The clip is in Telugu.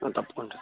తప్పకుండా